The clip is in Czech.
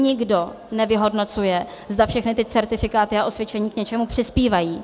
Nikdo nevyhodnocuje, zda všechny ty certifikáty a osvědčení k něčemu přispívají.